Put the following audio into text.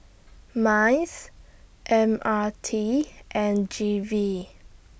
Minds M R T and G V